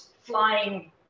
flying